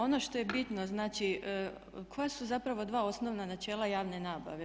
Ono što je bitno, znači koja su zapravo dva osnovna načela javne nabave?